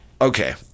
Okay